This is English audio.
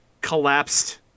collapsed